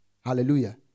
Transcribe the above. hallelujah